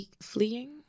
Fleeing